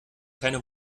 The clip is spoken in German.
keine